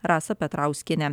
rasą petrauskienę